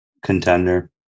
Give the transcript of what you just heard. contender